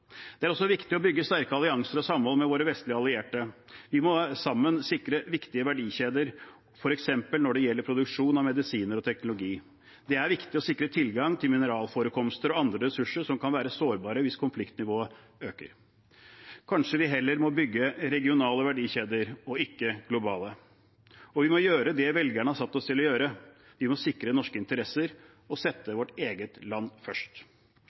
Det er også viktig å bygge sterke allianser og samhold med våre vestlige allierte. Vi må sammen sikre viktige verdikjeder, f.eks. når det gjelder produksjon av medisiner og teknologi. Det er viktig å sikre tilgang til mineralforekomster og andre ressurser, som kan være sårbare hvis konfliktnivået øker. Kanskje vi heller må bygge regionale verdikjeder og ikke globale. Og vi må gjøre det velgerne har satt oss til å gjøre: Vi må sikre norske interesser og sette vårt eget land først.